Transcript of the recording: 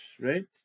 right